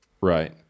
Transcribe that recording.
Right